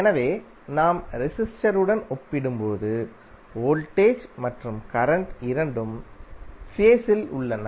எனவே நாம் ரெசிஸ்டர் உடன் ஒப்பிடும்போது வோல்டேஜ் மற்றும் கரண்ட் இரண்டும் ஃபேஸில் உள்ளன